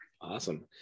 awesome